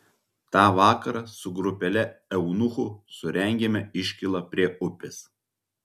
tą vakarą su grupele eunuchų surengėme iškylą prie upės